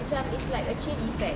macam it's like a chain effect